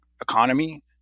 economy